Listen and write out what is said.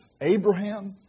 Abraham